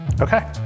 Okay